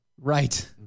Right